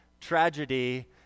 tragedy